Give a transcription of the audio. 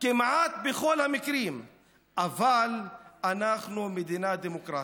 כמעט בכל המקרים, אבל אנחנו מדינה דמוקרטית,